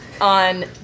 on